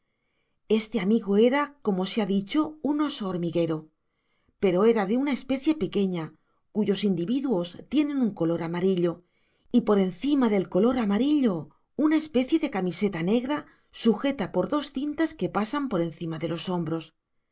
este amigo era como se ha dicho un oso hormiguero pero era de una especie pequeña cuyos individuos tienen un color amarillo y por encima del color amarillo una especie de camiseta negra sujeta por dos cintas que pasan por encima de los hombros